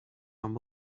and